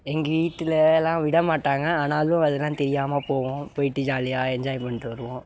எங்கள் வீட்டில்லாம் விட மாட்டாங்க ஆனாலும் அதெல்லாம் தெரியாமல் போவோம் போயிட்டு ஜாலியாக என்ஜாய் பண்ணிவிட்டு வருவோம்